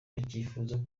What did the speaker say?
bakifuza